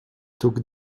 took